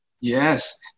Yes